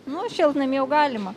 nu šiltnamy jau galima